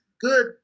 good